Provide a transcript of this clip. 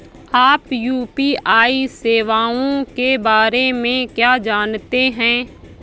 आप यू.पी.आई सेवाओं के बारे में क्या जानते हैं?